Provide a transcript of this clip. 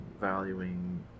valuing